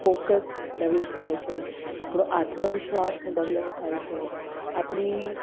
focus develop થાય છે આપણો આત્મ વિશ્વાસ ડેવલપ થાય છે આપણી